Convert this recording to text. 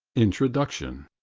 introduction